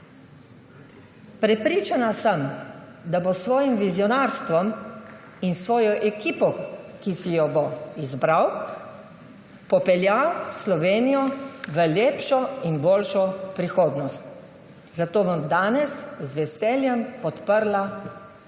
Prepričana sem, da bo s svojim vizionarstvom in s svojo ekipo, ki si jo bo izbral, popeljal Slovenijo v lepšo in boljšo prihodnost. Zato bom danes z veseljem podprla dr.